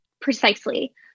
Precisely